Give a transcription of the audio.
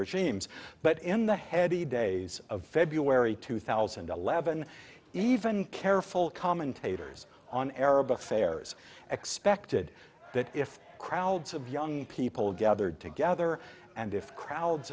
regimes but in the heady days of february two thousand and eleven even careful commentators on arab affairs expected that if crowds of young people gathered together and if crowds